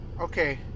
okay